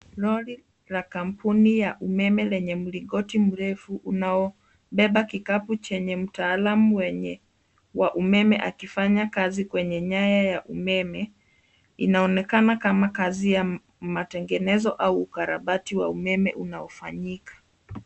Lori ya kampuni ya umeme lenye mlingoti mrefu unaobeba kikapu chenye mtaalamu wa umeme akifanya kazi kwenye nyaya ya umeme. Inaonekana kama kazi ya matengenezo au ukarabati wa umeme unaofanyika.